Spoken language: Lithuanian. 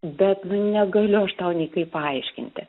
bet nu negaliu aš tau nei kaip paaiškinti